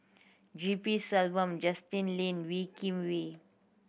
G P Selvam Justin Lean Wee Kim Wee